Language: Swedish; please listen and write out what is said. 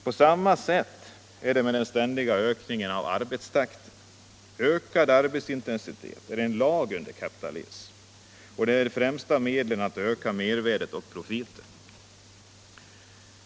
På samma sätt är det med den ständiga ökningen av arbetstakten. Ökad arbetsintensitet är en lag under kapitalismen, ett av de främsta medlen att öka mervärdet och profiten.